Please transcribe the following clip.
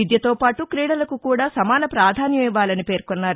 విద్యతో పాటు క్రీడలకు కూడా సమాన పాధాన్యం ఇవ్వాలని పేర్కొన్నారు